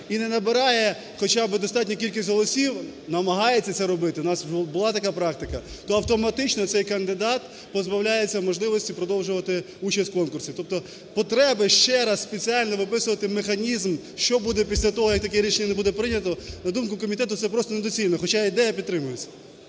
і не набирає хоча б достатню кількість голосів, намагається це робити, у нас була така практика, то автоматично цей кандидат позбавляється можливості продовжувати участь в конкурсі. Тобто потреби ще раз спеціально виписувати механізм, що буде після того, як таке рішення не буде прийнято, на думку комітету, це просто недоцільно, хоча ідея підтримується.